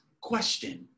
question